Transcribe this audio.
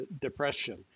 Depression